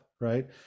right